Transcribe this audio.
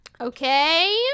Okay